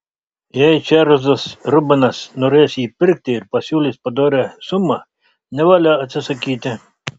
jei čarlzas rubenas norės jį pirkti ir pasiūlys padorią sumą nevalia atsisakyti